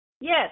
Yes